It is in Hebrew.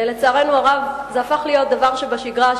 לצערנו הרב זה הפך להיות דבר שבשגרה,